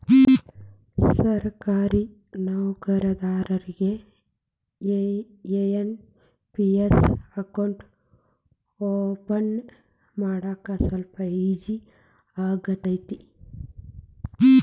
ಸರ್ಕಾರಿ ನೌಕರದಾರಿಗಿ NPS account open ಮಾಡಾಕ ಸ್ವಲ್ಪ ಈಜಿ ಆಗತೈತ